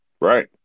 Right